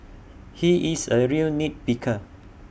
he is A real nit picker